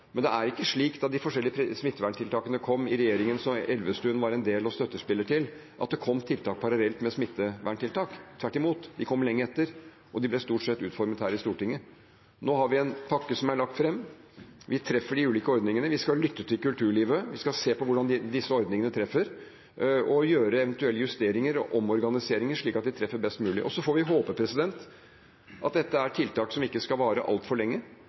men det er ikke slik at da de forskjellige smitteverntiltakene kom under regjeringen Elvestuen var en del av og støttespiller til, kom tiltak parallelt med smitteverntiltak. Tvert imot kom de lenge etter, og de ble stort sett utformet her i Stortinget. Nå har vi en pakke som er lagt fram. Vi treffer de ulike ordningene. Vi skal lytte til kulturlivet, vi skal se på hvordan disse ordningene treffer, og gjøre eventuelle justeringer og omorganiseringer slik at de treffer best mulig. Så får vi håpe at dette er tiltak som ikke skal vare altfor lenge,